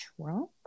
Trump